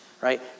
right